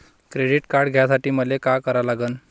Credit card घ्यासाठी मले का करा लागन?